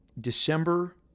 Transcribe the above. December